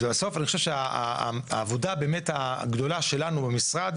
אז בסוף אני חושב שהעבודה שלנו במשרד,